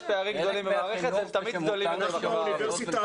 יש פערים גדולים במערכת והם תמיד גדולים יותר בחברה הערבית.